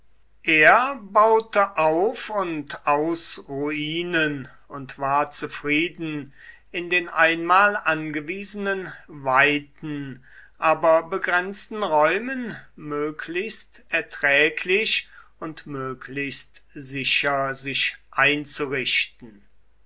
er baute auf und aus ruinen und war zufrieden in den einmal angewiesenen weiten aber begrenzten räumen möglichst erträglich und möglichst sicher sich einzurichten